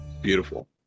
beautiful